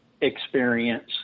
experience